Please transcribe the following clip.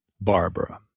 Barbara